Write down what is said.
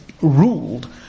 ruled